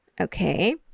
okay